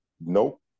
nope